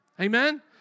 Amen